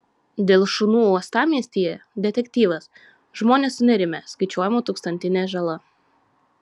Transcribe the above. dėl šunų uostamiestyje detektyvas žmonės sunerimę skaičiuojama tūkstantinė žala